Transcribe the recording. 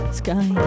sky